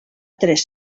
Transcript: tres